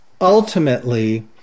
ultimately